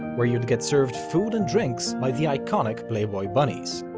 where you'd get served food and drink by the iconic playboy bunnies.